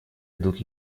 идут